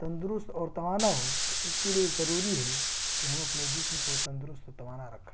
تندرست اور توانا ہو تو اس کے لیے ضروری ہے کہ ہم اپنے جسم کو تندرست توانا رکھا جائے